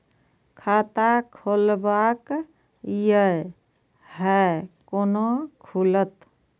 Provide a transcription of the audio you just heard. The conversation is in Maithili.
खाता खोलवाक यै है कोना खुलत?